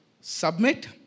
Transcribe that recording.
Submit